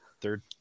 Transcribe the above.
third